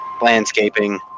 Landscaping